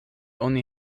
oni